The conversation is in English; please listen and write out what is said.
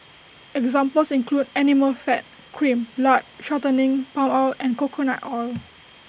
examples include animal fat cream lard shortening palm oil and coconut oil